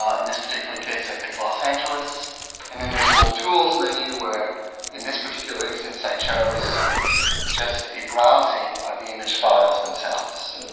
ah in this particular case i picked los angeles and then there is a little tools menu where in this particular instance i chose just a browsing of the image files themselves.